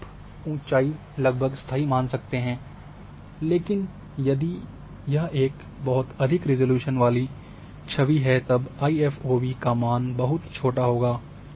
तो आप ऊँचाई लगभग स्थायी मान सकते हैं लेकिन यदि यह एक बहुत अधिक रिज़ॉल्यूशन वाली छवि है तब आईएफओवी का मान बहुत छोटा होगा